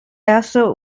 erste